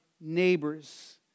neighbors